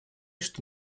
что